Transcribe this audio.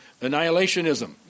annihilationism